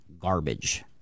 garbage